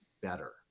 better